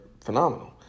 phenomenal